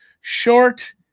Short